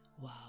Wow